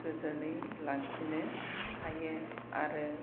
गोजोनै लाखिनो हायो आरो